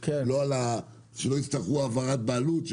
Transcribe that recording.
שלא יצטרכו העברת בעלות,